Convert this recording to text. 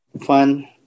Fun